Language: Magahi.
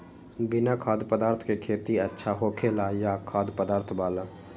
बिना खाद्य पदार्थ के खेती अच्छा होखेला या खाद्य पदार्थ वाला?